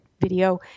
video